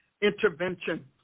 Intervention